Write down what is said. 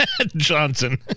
Johnson